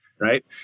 right